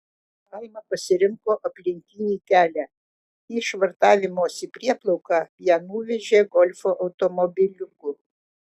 alma pasirinko aplinkinį kelią į švartavimosi prieplauką ją nuvežė golfo automobiliuku